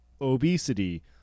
obesity